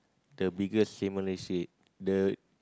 the biggest simila~ the